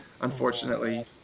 unfortunately